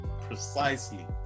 precisely